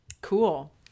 Cool